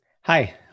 Hi